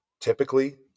Typically